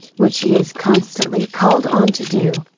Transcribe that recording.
which he is constantly called on to do.